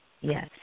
Yes